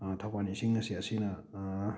ꯊꯧꯕꯥꯜ ꯏꯁꯤꯡ ꯑꯁꯤ ꯑꯁꯤꯅ